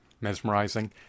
mesmerizing